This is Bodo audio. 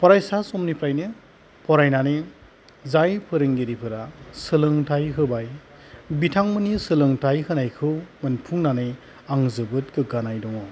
फरायसा समनिफ्रायनो फरायनानै जाय फोरोंगिरिफोरा सोलोंथाइ होबाय बिथांमोननि सोलोंथाइ होनायखौ मोनफुंनानै आं जोबोद गोग्गानाय दङ